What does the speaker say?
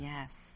Yes